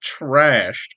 trashed